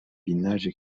binlerce